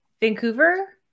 Vancouver